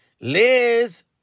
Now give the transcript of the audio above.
Liz